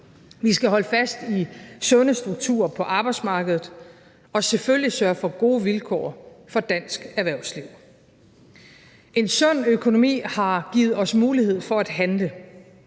Vi skal holde fast i sunde strukturer på arbejdsmarkedet og selvfølgelig sørge for gode vilkår for dansk erhvervsliv. En sund økonomi har givet os mulighed for at handle.